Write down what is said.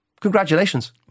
Congratulations